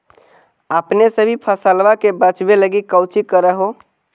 अपने सभी फसलबा के बच्बे लगी कौची कर हो?